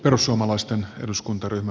arvoisa puhemies